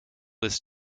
this